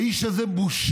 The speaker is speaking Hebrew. האיש הזה הוא בושה.